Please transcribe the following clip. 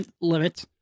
limit